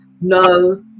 no